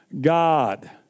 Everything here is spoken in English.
God